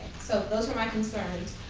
so those are my concerns.